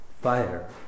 fire